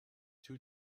two